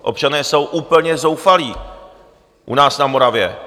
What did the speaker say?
Občané jsou úplně zoufalí u nás na Moravě.